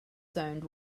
zoned